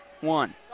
one